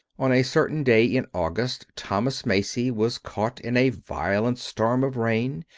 on a certain day in august, thomas macy was caught in a violent storm of rain,